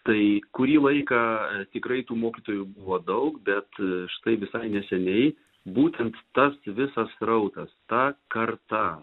tai kurį laiką tikrai tų mokytojų buvo daug bet štai visai neseniai būtent tas visas srautas ta karta